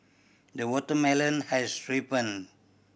the watermelon has ripened